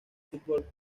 fútbol